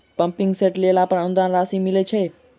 Pumping set लेला पर अनुदान राशि मिलय छैय?